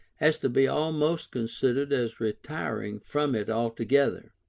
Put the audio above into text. as to be almost considered as retiring from it altogether.